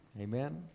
Amen